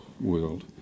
world